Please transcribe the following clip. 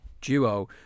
duo